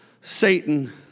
Satan